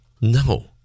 No